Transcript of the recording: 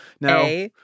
Now